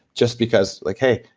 just because like, hey,